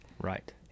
Right